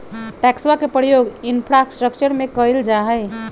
टैक्सवा के प्रयोग इंफ्रास्ट्रक्टर में कइल जाहई